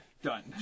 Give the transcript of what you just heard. Done